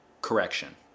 Correction